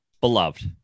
Beloved